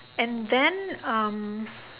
and then um